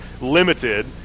limited